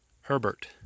Herbert